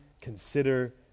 consider